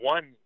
One